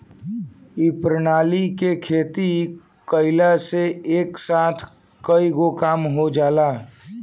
ए प्रणाली से खेती कइला पर एक साथ कईगो काम हो जाला